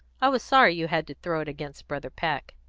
i was sorry you had to throw it against brother peck.